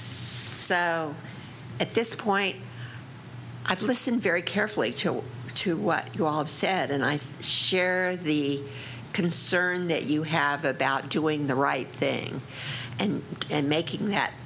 so at this point i've listened very carefully to what to what you all have said and i share the concern that you have about doing the right thing and and making that